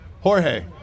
Jorge